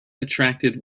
attracted